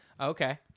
Okay